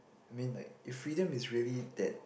I mean like if freedom is really that